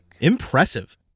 Impressive